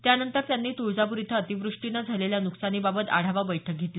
त्यानंतर त्यांनी तुळजापूर इथं अतिवृष्टीनं झालेल्या नुकसानीबाबत आढावा बैठक घेतली